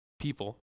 people